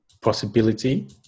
possibility